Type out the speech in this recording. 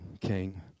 King